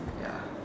ya